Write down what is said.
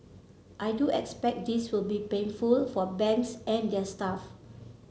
I do expect this will be painful for banks and their staff